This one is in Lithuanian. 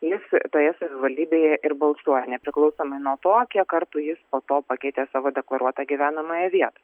jis toje savivaldybėje ir balsuoja nepriklausomai nuo to kiek kartų jis po to pakeitė savo deklaruotą gyvenamąją vietą